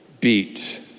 beat